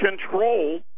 control